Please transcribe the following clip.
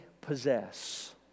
possess